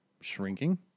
shrinking